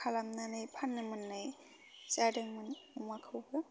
खालामनानै फाननो मोननाय जादोंमोन अमाखौबो